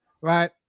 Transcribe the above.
right